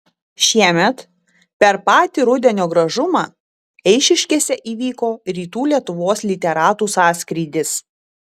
šiemet per patį rudenio gražumą eišiškėse įvyko rytų lietuvos literatų sąskrydis